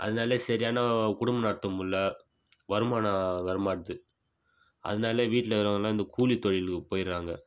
அதனாலே சரியான குடும்பம் நடத்த முடியல வருமானம் வரமாட்டேது அதனாலே வீட்டில் இருக்கிறவங்கெல்லாம் இந்த கூலி தொழிலுக்கு போயிடுறாங்க